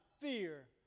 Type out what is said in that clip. fear